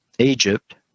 Egypt